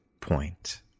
point